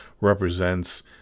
represents